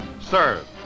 serve